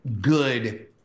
good